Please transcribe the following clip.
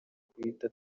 guhita